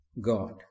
God